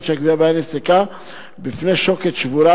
שהגבייה בהן נפסקה בפני שוקת שבורה,